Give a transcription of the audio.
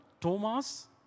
Thomas